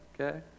okay